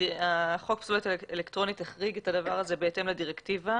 חוק זכויות אלקטרוני החריג את הדבר הזה בהתאם לדירקטיבה